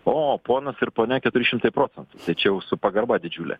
o ponas ir ponia keturi šimtai procentų tai čia jau su pagarba didžiule